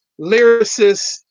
lyricists